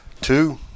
Two